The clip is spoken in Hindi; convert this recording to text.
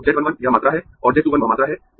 तो z 1 1 यह मात्रा है और z 2 1 वह मात्रा है